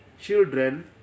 children